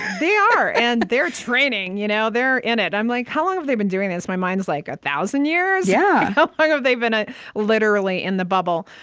they are, and they're training. you know they're in it. i'm like, how long have they been doing this? my mind's like, one thousand years? yeah how long have they been, ah literally, in the bubble?